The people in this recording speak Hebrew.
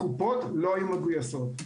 הקופות לא היו מגויסות,